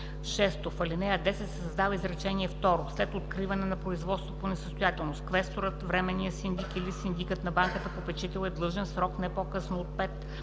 6. В ал. 10 се създава изречение второ: „След откриване на производство по несъстоятелност, квесторът, временният синдик или синдикът на банката-попечител е длъжен в срок не по-късно от 5